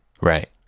Right